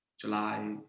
July